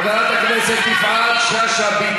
חברת הכנסת סתיו שפיר,